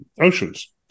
oceans